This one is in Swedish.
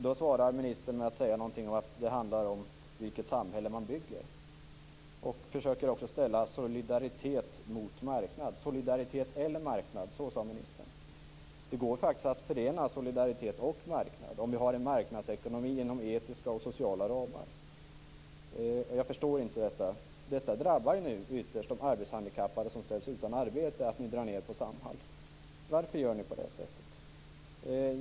Då svarar ministern att det handlar om vilket samhälle man bygger. Hon försöker också ställa solidaritet mot marknad - solidaritet eller marknad, sade ministern. Men det går faktiskt att förena solidaritet med marknad, om vi har en marknadsekonomi inom etiska och sociala ramar. Jag förstår inte detta. Det drabbar ytterst de arbetshandikappade som ställs utan arbete att ni drar ned på Samhall. Varför gör ni på det sättet?